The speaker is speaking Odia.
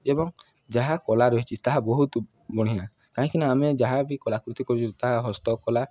ଏବଂ ଯାହା କଲା ରହିଛି ତାହା ବହୁତ ବଢ଼ିଆଁ କାହିଁକିନା ଆମେ ଯାହା ବି କଲାକୃତି କରୁଛୁ ତାହା ହସ୍ତକଲା